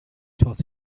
taught